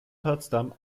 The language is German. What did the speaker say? potsdam